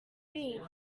read